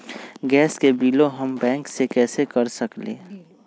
Gas के बिलों हम बैंक से कैसे कर सकली?